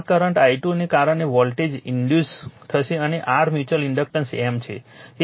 આ current i2 ને કારણે વોલ્ટેજ ઇન્ડ્યુસ થશે અને આ r મ્યુચ્યુઅલ ઇન્ડક્ટન્સ M છે